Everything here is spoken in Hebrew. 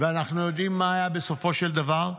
ואנחנו יודעים מה היה בסופו של דבר?